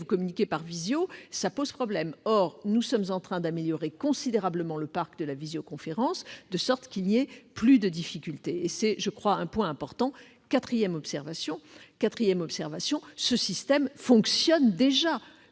communiquez par visioconférence, cela pose problème ! Or nous sommes en train d'améliorer considérablement le parc de la visioconférence, de sorte qu'il n'y ait plus de difficultés. C'est un point important. Quatrièmement, ce système fonctionne déjà.